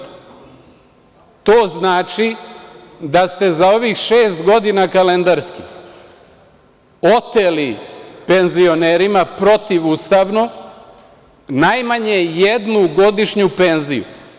To znači da ste za ovih šest godine kalendarskih oteli penzionerima, protivustavno, najmanje jednu godišnju penziju.